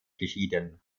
geschieden